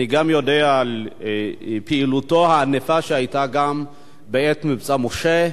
אני גם יודע על פעילותו הענפה גם בעת "מבצע משה",